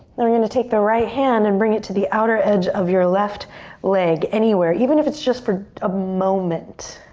then we're gonna take the right hand and bring it to the outer edge of your left leg. anywhere. even if it's just for a moment.